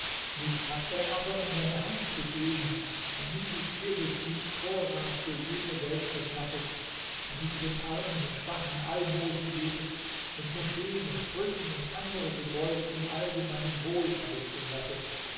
mich hat er aber in deine hand gegeben damit du dir durch mich vorrat für jene welt verschaffest damit du den armen und schwachen almosen gebest und moscheen und brücken und andere gebäude zum allgemeinen wohl errichten lassest